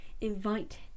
invite